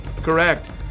Correct